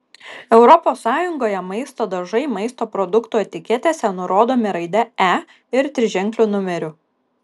europos sąjungoje maisto dažai maisto produktų etiketėse nurodomi raide e ir triženkliu numeriu